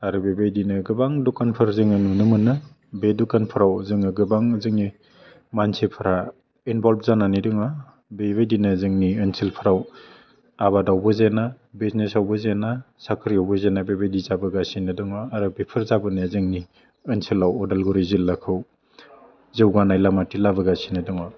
आरो बेबायदिनो गोबां दखानफोर जों नुनो मोनो बे दुखानफ्राव जोङो गोबां जोंनि मानसिफ्रा एनभल्भ जानानै दङ बे बायदिनो जोंनि ओनसोलफ्राव आबादावबो जेना बिजनेसआवबो जेना साख्रिआवबो जेना बेबायदि जाबोगासिनो दङ आरो बेफोर जाबोनाया जोंनि ओनसोलाव अदालगुरि जिल्लाखौ जौगानाय लामाथिं लाबोगासिनो दङ